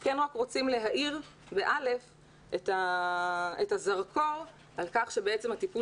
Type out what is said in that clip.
אנחנו כן רוצים להאיר את הזרקור על כך שבעצם הטיפול